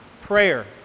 prayer